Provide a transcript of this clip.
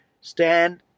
stand